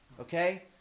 Okay